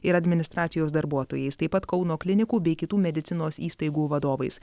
ir administracijos darbuotojais taip pat kauno klinikų bei kitų medicinos įstaigų vadovais